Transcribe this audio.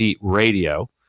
Radio